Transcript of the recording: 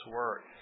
work